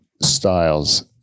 styles